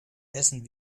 essen